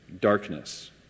darkness